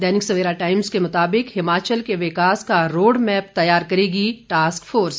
दैनिक Savera Times के मुताबिक हिमाचल के विकास का रोड मैप तैयार करेगी टास्क फोर्स